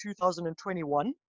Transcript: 2021